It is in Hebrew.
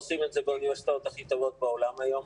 עושים את זה באוניברסיטאות הכי טובות בעולם היום,